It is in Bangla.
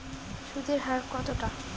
সুদের হার কতটা?